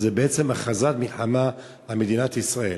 זו בעצם הכרזת מלחמה על מדינת ישראל.